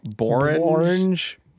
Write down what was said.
orange